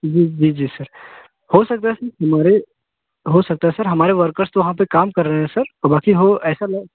जी जी जी सर हो सकता है सर हमारे हो सकता है सर हमारे वर्कर्स तो वहाँ पर काम कर रहें सर तो बाकि हो ऐसा लग